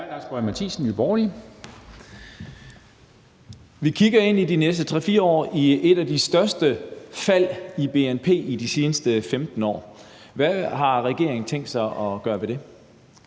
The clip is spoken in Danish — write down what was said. Vi kigger i de næste 3-4 år ind i et af de største fald i bnp i de seneste 15 år. Hvad har regeringen tænkt sig at gøre ved det?